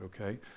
okay